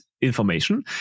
information